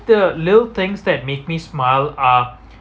the little things that make me smile are